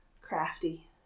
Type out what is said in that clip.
crafty